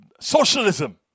socialism